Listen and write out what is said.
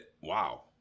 Wow